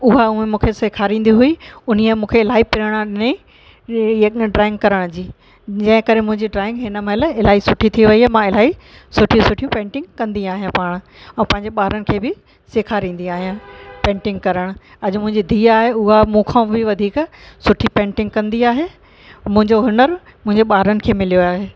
उहा मूंखे सेखारींदी हुई उन्हीअ मूंखे इलाही प्रेरणा ॾिनी ड्रॉइंग करण जी जंहिं करे मुंहिंजी ड्रॉइंग हिन महिल इलाही सुठी थी वयी आहे मां इलाही सुठियूं सुठियूं पेंटिंग कंदी आहियां पाण और पंहिंजे ॿारनि खे बि सेखारींदी आहियां पेंटिंग करणु अॼु मुंहिंजी धीअ आहे उहा मूंखा बि वधीक सुठी पेंटिंग कंदी आहे मुंहिंजो हुनरु मुंहिंजे ॿारनि खे मिलियो आहे